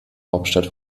hauptstadt